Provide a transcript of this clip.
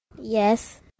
Yes